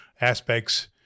aspects